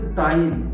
time